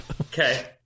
Okay